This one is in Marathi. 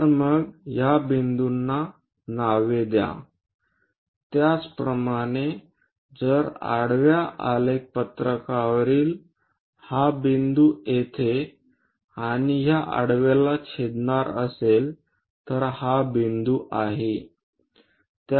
तर मग या बिंदूंना नावे द्या त्याचप्रमाणे जर आडव्या आलेख पत्रकावरील हा बिंदू येथे आणि या आडव्याला छेदणार असेल तर हा बिंदूं आहे